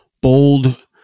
bold